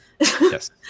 Yes